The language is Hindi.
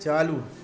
चालू